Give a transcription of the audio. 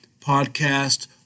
podcast